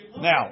Now